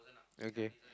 okay